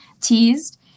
teased